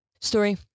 Story